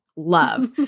Love